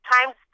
Times